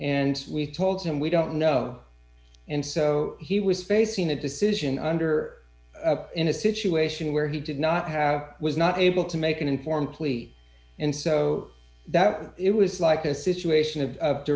and we told him we don't know and so he was facing a decision under in a situation where he did not have was not able to make an informed plea and so that it was like a situation of